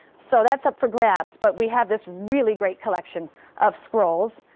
so that's up for grabs. but we have this really great collection of scrolls,